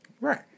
Right